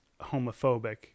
homophobic